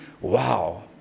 wow